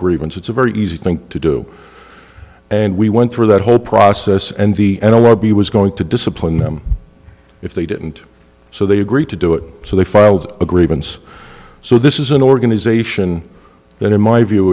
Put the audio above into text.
grievance it's a very easy thing to do and we went through that whole process and the n l r b was going to discipline them if they didn't so they agreed to do it so they filed a grievance so this is an organization that in my view